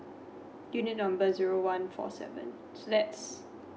unit number zero one four seven so that's